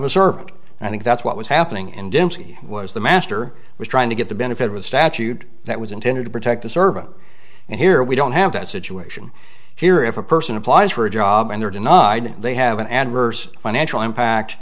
and i think that's what was happening in dempsey was the master was trying to get the benefit of a statute that was intended to protect the service and here we don't have that situation here if a person applies for a job and they're denied they have an adverse financial impact